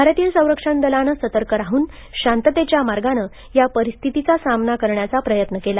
भारतीय संरक्षण दलानं सतर्क राहून शांततेच्या मार्गानं या परिस्थितीचा सामना करण्याचा प्रयत्न केला